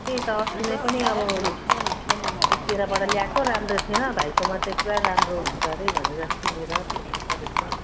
त्यही त अस्ति नै पनि अब एकातिरबाट ल्याएको राम्रो थिएन भाइकोमा चाहिँ पुरा राम्रो हुन्छ अरे भनेर सुनेर फोन गरेको नि